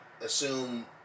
assume